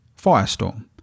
Firestorm